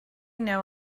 know